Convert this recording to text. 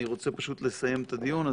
אני רוצה פשוט לסיים את הדיון.